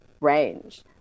range